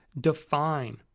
define